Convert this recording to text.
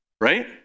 right